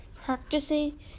practicing